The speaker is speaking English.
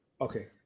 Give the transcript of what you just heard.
Okay